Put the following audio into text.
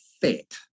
fit